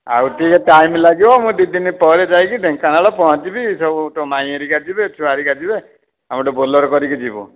ଆଉ ଟିକେ ଟାଇମ ଲାଗିବ ମୁଁ ଦୁଇ ଦିନ ପରେ ଯାଇକି ଢେଙ୍କାନାଳ ପହଞ୍ଚିବି ସବୁ ତୋ ମାଇଁ ହେରିକା ଯିବେ ଛୁଆ ହେରିକା ଯିବେ ଆମେ ଗୋଟେ ବୋଲେର କରିକି ଯିବୁ